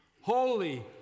Holy